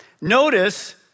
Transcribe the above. notice